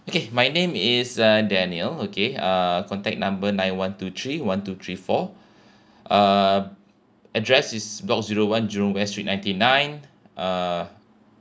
okay my name is uh daniel okay uh contact number nine one two three one two three four uh address is block zero one jurong west street ninety nine uh